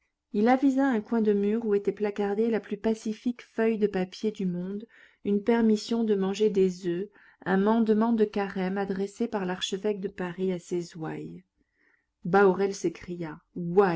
il avisa un coin de mur où était placardée la plus pacifique feuille de papier du monde une permission de manger des oeufs un mandement de carême adressé par l'archevêque de paris à ses ouailles bahorel s'écria